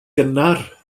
gynnar